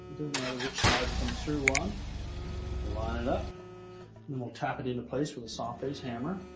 doesn't matter which side it it comes through on. we'll line it up and then we'll tap it into place with a soft face hammer.